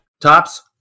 tops